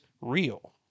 real